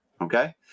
okay